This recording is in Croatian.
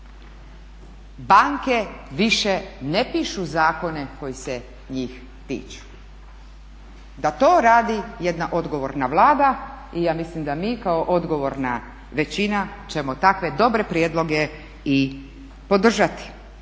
banke više ne pišu zakone koji se njih tiču, da to radi jedna odgovorna Vlada i ja mislim da mi kao odgovorna većina ćemo takve dobre prijedloge i podržati